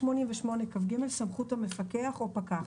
88כג.סמכויות המפקח או פקח